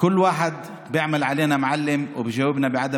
נוהגים כלפינו בהתנשאות ועונים לנו בחוסר